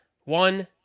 one